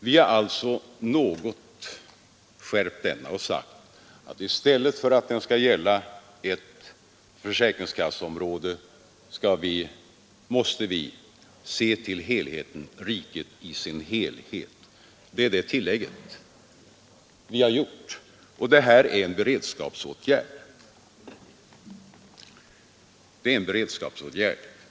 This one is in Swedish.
Vi har något skärpt denna och sagt att i stället för att den skall gälla inom försäkringskasseområdena måste vi också se till riket i dess helhet. Det är det tillägget vi har gjort, och det är en beredskapsåtgärd.